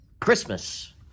Christmas